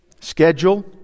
schedule